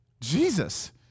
Jesus